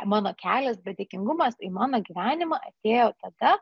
mano kelias bet dėkingumas į mano gyvenimą atėjo tada